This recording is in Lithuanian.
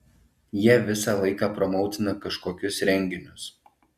jie visą laiką promautina kažkokius renginius